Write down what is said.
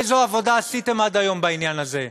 איזו עבודה עשיתם עד היום בעניין הזה?